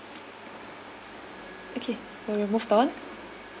okay so we moved on